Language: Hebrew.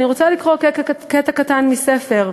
אני רוצה לקרוא קטע קטן מספר,